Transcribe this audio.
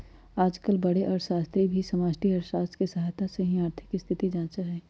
आजकल बडे अर्थशास्त्री भी समष्टि अर्थशास्त्र के सहायता से ही आर्थिक स्थिति जांचा हई